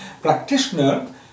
Practitioner